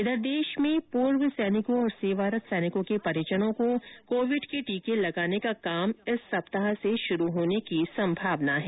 उधर देश में पूर्व सैनिकों और सेवारत सैनिकों के परिजनों को कोविड के टीके लगाने का काम इस सप्ताह से शुरू होने की संभावना है